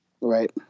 Right